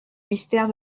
mystère